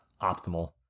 optimal